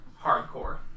hardcore